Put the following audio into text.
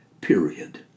Period